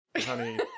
honey